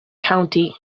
county